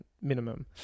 minimum